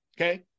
Okay